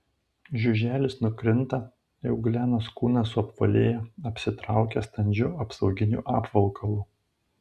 žiuželis nukrinta euglenos kūnas suapvalėja apsitraukia standžiu apsauginiu apvalkalu